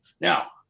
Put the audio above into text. Now